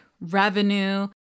revenue